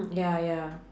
ya ya